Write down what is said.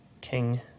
King